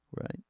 right